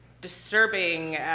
disturbing